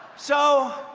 so